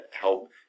help